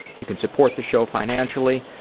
you can support the show financially,